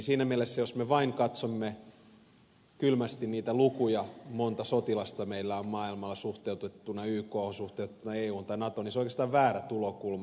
siinä mielessä jos me vain katsomme kylmästi niitä lukuja montako sotilasta meillä on maailmalla suhteutettuna ykhon suhteutettuna euhun tai natoon niin se on oikeastaan väärä tulokulma